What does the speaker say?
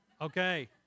Okay